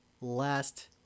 last